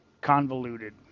convoluted